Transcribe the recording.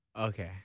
Okay